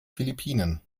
philippinen